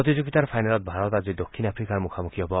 প্ৰতিযোগিতাৰ ফাইনেলত ভাৰত আজি দক্ষিণ আফ্ৰিকাৰ মুখামুখি হব